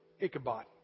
Ichabod